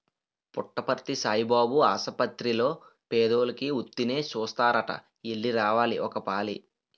పుట్టపర్తి సాయిబాబు ఆసపత్తిర్లో పేదోలికి ఉత్తినే సూస్తారట ఎల్లి రావాలి ఒకపాలి